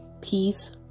peace